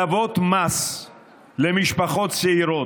הטבות מס למשפחות צעירות,